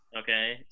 Okay